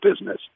business